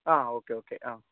ആ okay okay ആ